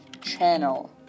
Channel